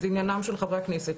זה עניינם של חברי הכנסת.